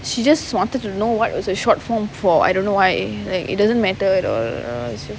she just wanted to know what was the short form for I don't know why like it doesn't matter at all uh it's